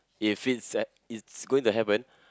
if it's uh it's going to happen